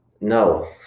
No